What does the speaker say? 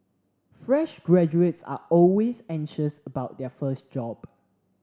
fresh graduates are always anxious about their first job